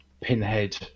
Pinhead